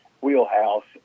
wheelhouse